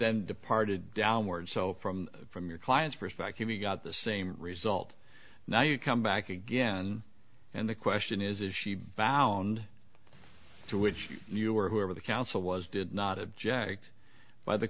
then departed downward so from from your client's perspective you've got the same result now you come back again and the question is is she bound to which you or whoever the council was did not object by the